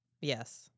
Yes